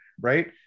right